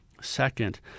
Second